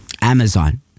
Amazon